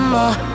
more